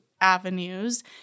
avenues